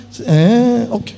Okay